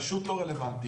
הוא פשוט לא רלוונטי,